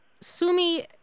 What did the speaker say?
Sumi